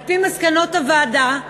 על-פי מסקנות הוועדה,